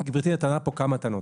גברתי טענה פה כמה טענות,